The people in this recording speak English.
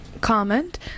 comment